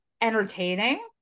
entertaining